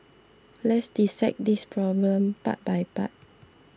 let's dissect this problem part by part